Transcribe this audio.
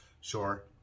Sure